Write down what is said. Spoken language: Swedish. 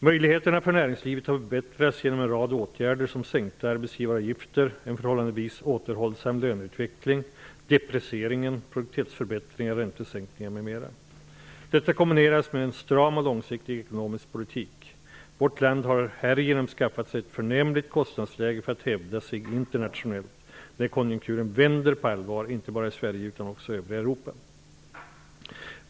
Möjligheterna för näringslivet har förbättrats genom en rad åtgärder som sänkta arbetsgivaravgifter, en förhållandevis återhållsam löneutveckling, deprecieringen, produktivitetsförbättringar, räntesänkningar m.m. Detta kombineras med en stram, långsiktig ekonomisk politik. Vårt land har härigenom skaffat sig ett förnämligt kostnadsläge för att hävda sig internationellt när konjunkturen vänder på allvar, inte bara i Sverige utan också i övriga Europa.